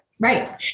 Right